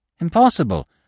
Impossible